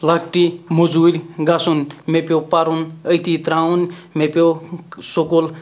لۄکٹی مٔزوٗرۍ گژھُن مےٚ پیوٚو پَرُن أتی ترٛاوُن مےٚ پیوٚو سکوٗل